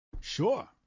Sure